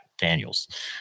Daniels